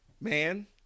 man